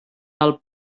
del